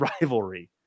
rivalry